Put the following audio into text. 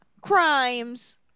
crimes